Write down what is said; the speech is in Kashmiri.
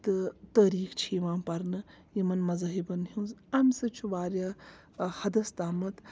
تہٕ تٲریٖخ چھِ یِوان پَرنہٕ یِمن مذہبن ہٕنٛز اَمہِ سۭتۍ چھُ واریاہ حدس تامَتھ